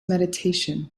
meditation